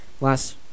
last